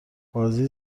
بازی